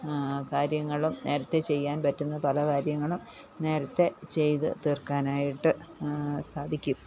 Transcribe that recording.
കാര്യങ്ങളും നേരത്തെ ചെയ്യാൻ പറ്റുന്ന പല കാര്യങ്ങളും നേരത്തെ ചെയ്തു തീർക്കാനായിട്ട് സാധിക്കും